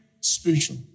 spiritual